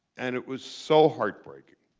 and it was so heartbreaking.